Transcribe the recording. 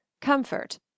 comfort